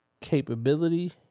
Capability